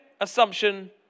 assumption